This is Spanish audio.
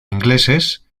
ingleses